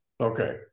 Okay